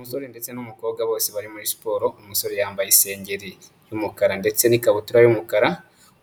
Umusore ndetse n'umukobwa bose bari muri siporo, umusore yambaye isengeri y'umukara ndetse n'ikabutura y'umukara,